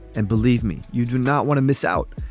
and believe me, you do not want to miss out.